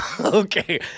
Okay